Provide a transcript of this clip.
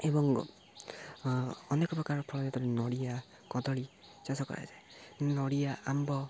ଏବଂ ଅନେକ ପ୍ରକାର ଫଳ ଯେତେବେଳେ ନଡ଼ିଆ କଦଳୀ ଚାଷ କରାଯାଏ ନଡ଼ିଆ ଆମ୍ବ